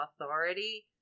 authority